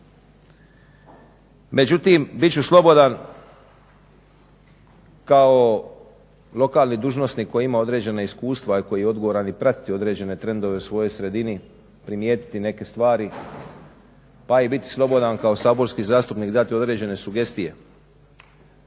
međutim bit ću slobodan kao lokalni dužnosnik koji ima određena iskustva i koji je odgovoran i pratiti određene trendove u svojoj sredini primijetiti neke stvari pa i biti slobodan kao saborski zastupnik dati određene sugestije.